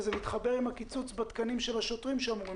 זה מתחבר עם הקיצוץ בתקנים של השוטרים שאמורים